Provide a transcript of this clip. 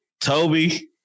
Toby